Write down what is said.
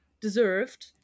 deserved